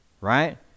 right